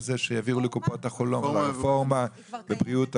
לרפורמה בבריאות הנפש.